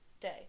day